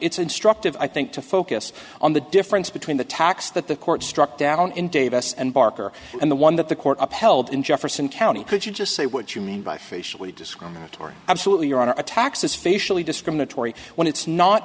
it's instructive i think to focus on the difference between the tax that the court struck down in davis and barker and the one that the court upheld in jefferson county could you just say what you mean by facially discriminatory absolutely your honor a tax is facially discriminatory when it's not